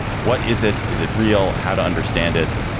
what is it? is it real? how to understand it?